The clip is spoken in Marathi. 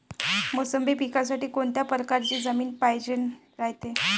मोसंबी पिकासाठी कोनत्या परकारची जमीन पायजेन रायते?